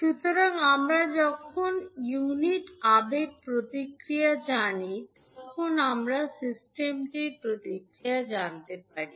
সুতরাং আমরা যখন ইউনিট আবেগ প্রতিক্রিয়া জানি তখন আমরা সিস্টেমটির প্রতিক্রিয়া জানতে পারি